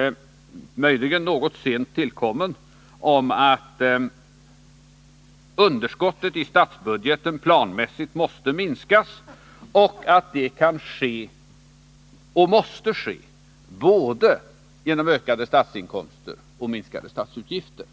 — möjligen något sent tillkommen — om att underskottet i statsbudgeten planmässigt måste minskas och att det kan och måste ske genom både ökade statsinkomster och minskade statsutgifter.